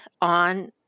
on